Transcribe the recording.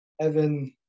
Evan